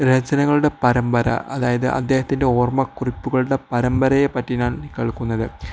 രചനകളുടെ പരമ്പര അതായത് അദ്ദേഹത്തിൻ്റെ ഓർമ്മക്കറിപ്പുകളുടെ പരമ്പരയെ പറ്റി ഞാൻ കേൾക്കുന്നത്